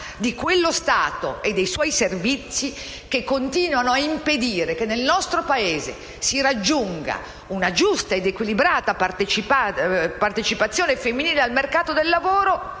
di quello Stato e dei suoi servizi che continuano a impedire che nel nostro Paese si raggiunga una giusta ed equilibrata partecipazione femminile al mercato del lavoro